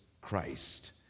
Christ